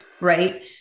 right